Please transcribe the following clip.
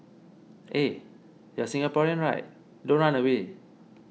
eh you're Singaporean right don't run away